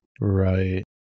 Right